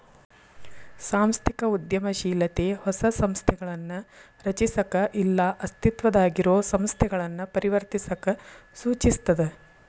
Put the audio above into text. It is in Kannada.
ಸಾಂಸ್ಥಿಕ ಉದ್ಯಮಶೇಲತೆ ಹೊಸ ಸಂಸ್ಥೆಗಳನ್ನ ರಚಿಸಕ ಇಲ್ಲಾ ಅಸ್ತಿತ್ವದಾಗಿರೊ ಸಂಸ್ಥೆಗಳನ್ನ ಪರಿವರ್ತಿಸಕ ಸೂಚಿಸ್ತದ